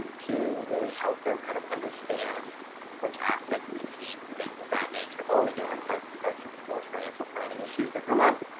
to really help them kind of understand which assets to keep, things of that nature, all the different types types of divorce financial planning issues that come up.